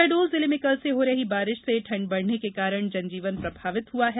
शहडोल जिले में कल से हो रही बारिश से ठंड बढ़ने के कारण जनजीवन प्रभावित हुआ है